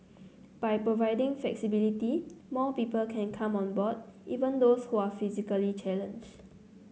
by providing flexibility more people can come on board even those who are physically challenged